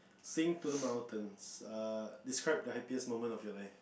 sing to the mountains err describe the happiest moment of your life